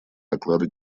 доклада